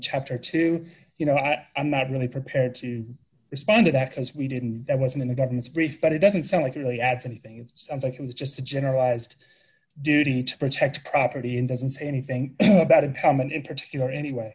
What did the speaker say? chapter two you know i am not really prepared to respond to that because we didn't that wasn't in the government's brief but it doesn't sound like it really adds anything it sounds like it was just a generalized duty to protect property and doesn't say anything about empowerment in particular anyway